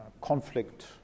conflict